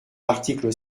l’article